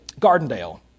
Gardendale